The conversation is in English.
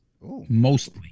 mostly